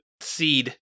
Seed